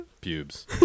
pubes